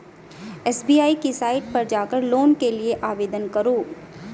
SBI की site पर जाकर लोन के लिए आवेदन करो